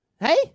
Hey